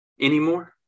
anymore